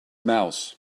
mouth